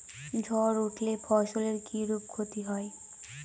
ঝড় উঠলে ফসলের কিরূপ ক্ষতি হয়?